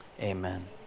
amen